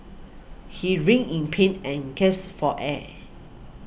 he writhed in pain and gaps for air